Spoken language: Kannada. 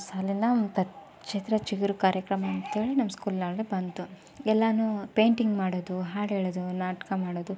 ಅಲ್ಲೆಲ್ಲ ಚಿಗುರು ಕಾರ್ಯಕ್ರಮ ಅಂತೇಳಿ ನಮ್ಮ ಸ್ಕೂಲ್ನಾಗ ಬಂತು ಎಲ್ಲನೂ ಪೇಂಟಿಂಗ್ ಮಾಡೋದು ಹಾಡು ಹೇಳೋದು ನಾಟಕ ಮಾಡೋದು